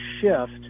shift